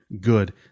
good